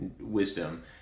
wisdom